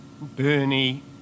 Bernie